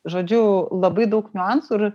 žodžiu labai daug niuansų ir